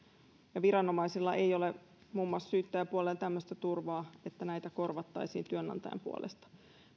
ja viranomaisilla muun muassa syyttäjäpuolella ei ole tämmöistä turvaa että näitä korvattaisiin työnantajan puolesta